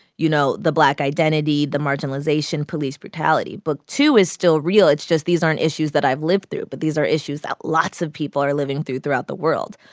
you know, the black identity, the marginalization, police brutality. book two is still real. it's just these aren't issues that i've lived through, but these are issues that lots of people are living through throughout the world.